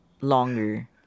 longer